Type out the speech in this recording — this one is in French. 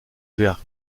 vers